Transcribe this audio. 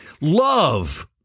love